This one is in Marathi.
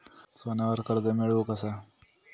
सोन्यावर कर्ज मिळवू कसा?